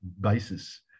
basis